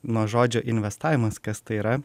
nuo žodžio investavimas kas tai yra